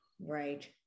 right